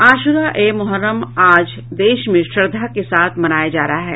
आश्रा ए मोहर्रम आज देश में श्रद्धा के साथ मनाया जा रहा है